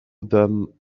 them